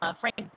Frank